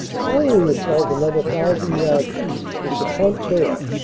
following the scheidt another thousand yards east is the pont d'aire,